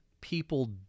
people